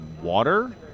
Water